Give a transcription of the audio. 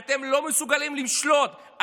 אתם לא מסוגלים לשלוט,